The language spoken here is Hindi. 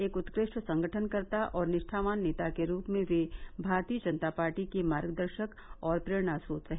एक उत्कष्ट संगठनकर्ता और निष्ठावान नेता के रूप में वे भारतीय जनता पार्टी के मार्गदर्शक और प्रेरणास्नोत रहे